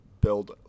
build